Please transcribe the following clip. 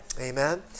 Amen